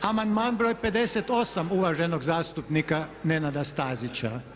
Amandman broj 58. uvaženog zastupnika Nenada Stazića.